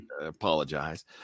apologize